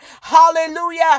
hallelujah